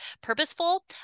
purposeful